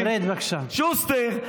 שוסטר,